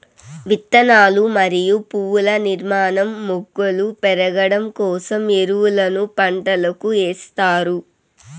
విత్తనాలు మరియు పువ్వుల నిర్మాణం, మొగ్గలు పెరగడం కోసం ఎరువులను పంటలకు ఎస్తారు